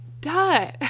duh